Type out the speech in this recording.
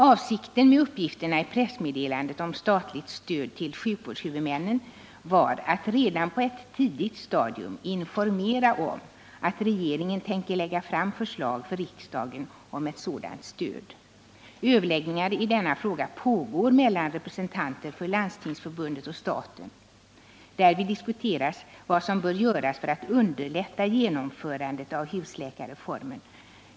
Avsikten med uppgifterna i pressmeddelandet om statligt stöd till sjukvårdshuvudmännen var att redan på ett tidigt stadium informera om att regeringen tänker lägga fram förslag för riksdagen om ett sådant stöd. Överläggningar i denna fråga pågår mellan representanter för Landstingsförbundet och staten. Därvid diskuteras vad som bör göras för att underlätta genomförandet av husläkarreformen.